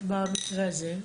במקרה הזה?